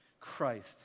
Christ